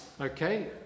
okay